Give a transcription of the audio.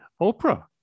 Oprah